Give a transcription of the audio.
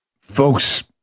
Folks